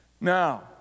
Now